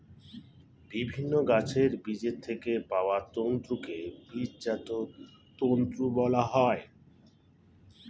বিভিন্ন গাছের বীজের থেকে পাওয়া তন্তুকে বীজজাত তন্তু বলা হয়